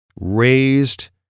raised